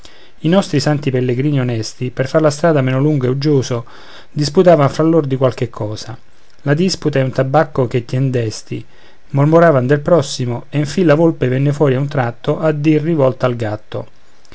i nostri santi pellegrini onesti per far la strada meno lunga e uggiosa disputavan fra lor di qualche cosa la disputa è un tabacco che tien desti mormoravan del prossimo e in fin la volpe venne fuori a un tratto a dir rivolta al gatto